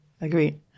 Agreed